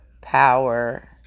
power